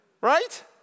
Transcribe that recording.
right